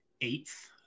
eighth